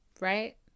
right